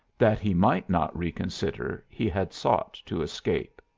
that he might not reconsider he had sought to escape.